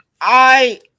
I-